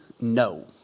no